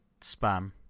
Spam